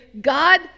God